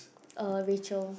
uh Rachael